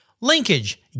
Linkage